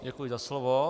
Děkuji za slovo.